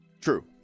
True